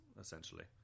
essentially